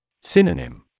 Synonym